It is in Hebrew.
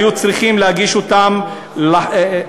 היו צריכים להגיש אותה לבית-משפט,